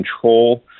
control